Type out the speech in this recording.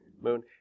moon